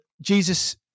jesus